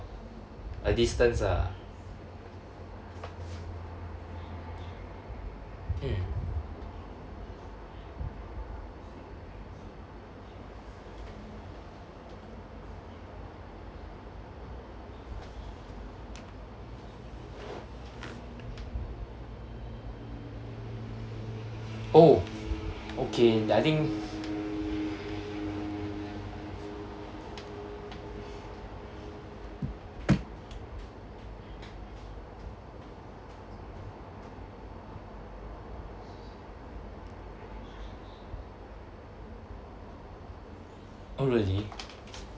a distance ah mm oh okay th~ I think oh really